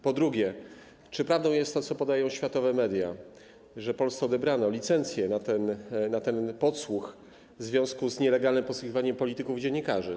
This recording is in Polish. Po drugie, czy prawdą jest to, co podają światowe media, że Polsce odebrano licencję dotyczącą podsłuchu w związku z nielegalnym podsłuchiwaniem polityków i dziennikarzy?